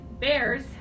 bears